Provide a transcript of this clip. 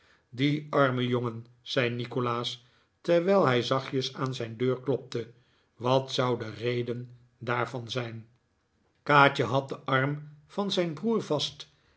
die arme jongen zei nikolaas terwijl hij zachtjes aan zijn deur klopte wat zou de reden daarvan zijn kaatje had den arm van haar broer vast